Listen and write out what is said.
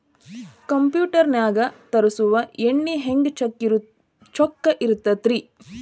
Computer ನಾಗ ತರುಸುವ ಎಣ್ಣಿ ಹೆಂಗ್ ಚೊಕ್ಕ ಇರತ್ತ ರಿ?